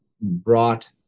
brought